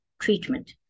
treatment